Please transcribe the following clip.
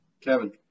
Kevin